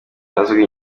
ubwenge